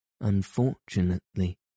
Unfortunately